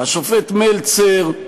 השופט מלצר,